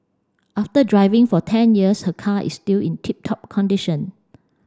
after driving for ten years her car is still in tip top condition